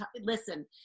listen